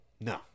No